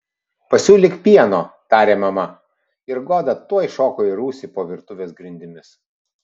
pasiūlyk pieno tarė mama ir goda tuoj šoko į rūsį po virtuvės grindimis